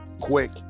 quick